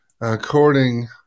according